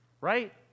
right